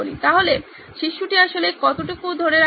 তাহলে শিশুটি আসলে কতটুকু ধরে রাখে